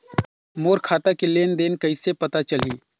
मोर खाता के लेन देन कइसे पता चलही?